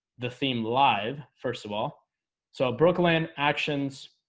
the theme live first of all so brooklyn actions